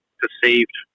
perceived